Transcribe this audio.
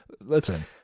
listen